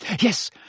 Yes